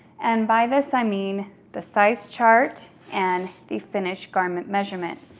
and by this, i mean the size chart and the finished garment measurements.